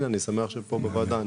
אני שמח שזה קורה פה בוועדה,